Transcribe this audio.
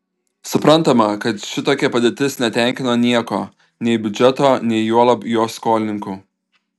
suprantama kad šitokia padėtis netenkino nieko nei biudžeto nei juolab jo skolininkų